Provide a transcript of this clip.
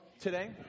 today